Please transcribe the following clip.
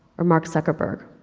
or mark zuckerberg,